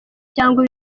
cyangwa